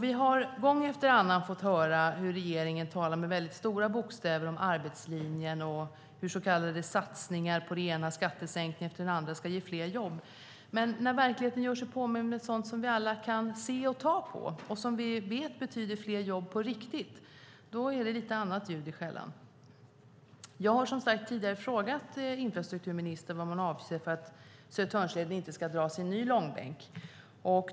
Vi har gång efter annan fått höra hur regeringen talar med stora bokstäver om arbetslinjen och hur så kallade satsningar på den ena skattesänkningen efter den andra ska ge fler jobb. Men när verkligheten gör sig påmind med sådant som vi alla kan se och ta på, och som vi vet betyder fler jobb på riktigt, då är det lite annat ljud i skällan. Jag har tidigare frågat vad infrastrukturministern avser att göra för att Södertörnsleden inte ska dras i ny långbänk.